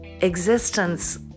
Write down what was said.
existence